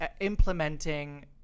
implementing